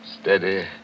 steady